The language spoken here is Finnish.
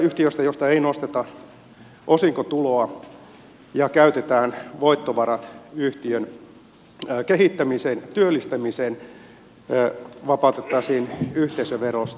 yhtiö josta ei nosteta osinkotuloa ja jossa käytetään voittovarat yhtiön kehittämiseen työllistämiseen vapautettaisiin yhteisöverosta